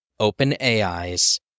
OpenAI's